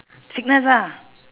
sickness ah